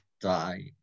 die